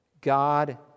God